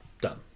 Done